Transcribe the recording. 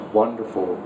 wonderful